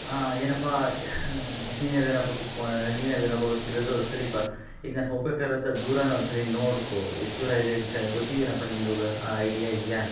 ಆಂ ಏನಪ್ಪಾ ನೀನೇ ಅಲ್ವೇನಪ್ಪ ಬುಕ್ ಮಾಡಿ ನೀನೆ ಅಲ್ವೇನಪ್ಪ ಬರ್ತಿರೋದು ಸರಿಪ್ಪಾ ಈಗ ನಾನು ಹೋಗ್ಬೇಕಾಗಿರೊಂಥ ದೂರನ ಒಂದ್ಸರಿ ನೋಡಿಕೊ ಎಷ್ಟು ದೂರ ಇದೆ ಗೊತ್ತಿದೆಯೇನಪ್ಪ ನಿಂಗು ಆ ಐಡ್ಯಾ ಇದೆಯಾ